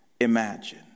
imagine